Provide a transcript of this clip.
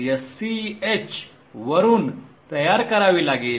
sch वरून तयार करावी लागेल